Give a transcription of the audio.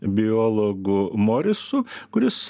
biologu morisu kuris